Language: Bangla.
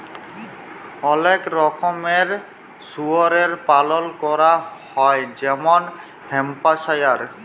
অলেক রকমের শুয়রের পালল ক্যরা হ্যয় যেমল হ্যাম্পশায়ার